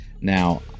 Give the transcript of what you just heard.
Now